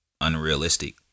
unrealistic